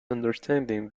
understanding